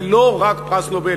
ולא רק פרס נובל,